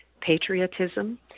patriotism